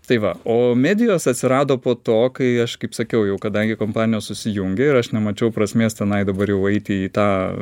tai va o medijos atsirado po to kai aš kaip sakiau jau kadangi kompanijos susijungė ir aš nemačiau prasmės tenai dabar jau eiti į tą